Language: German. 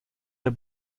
der